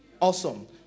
Awesome